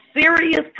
serious